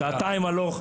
שעתיים הלוך,